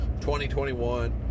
2021